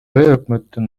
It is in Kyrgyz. өкмөттүн